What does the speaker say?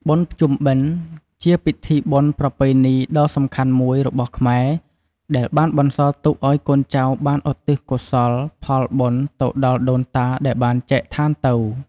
បុណ្យភ្ជុំបិណ្ឌ ជាពិធីបុណ្យប្រពៃណីដ៏សំខាន់មួយរបស់ខ្មែរ ដែលបានបន្សល់ទុកអោយកូនចៅបានឧទ្ទិសកុសលផលបុណ្យទៅដល់ដូនតាដែលបានចែកឋានទៅ។